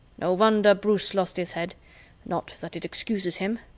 no wonder bruce lost his head not that it excuses him.